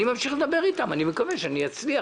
אני ממשיך לדבר אתם, אני מקווה שאצליח.